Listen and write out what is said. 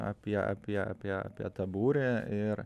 apie apie apie apie tą būrį ir